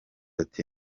ati